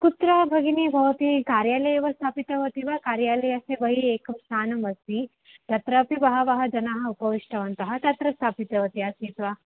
कुत्र भगिनि भवती कार्यालये एव स्थापितवती वा कार्यालयस्य बहिः एकं स्थानमस्ति तत्रापि बहवः जनाः उपविष्टवन्तः तत्र स्थापितवती आसीत् वा